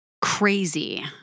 crazy